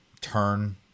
turn